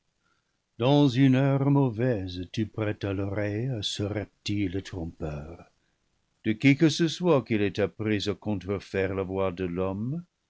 dans une heure mauvaise tu prêtas l'oreille à ce reptile trompeur de qui que ce soit qu'il ait appris à contre faire la voix de l'homme